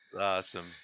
Awesome